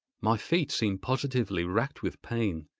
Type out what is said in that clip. my feet seemed positively racked with pain,